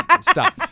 stop